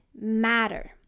matter